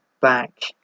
back